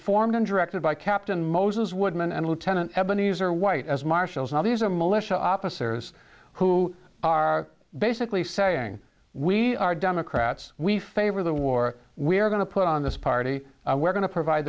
formed and directed by captain moses woodman and lieutenant ebeneezer white as marshals now these are militia officers who are basically saying we are democrats we favor the war we're going to put on this party we're going to provide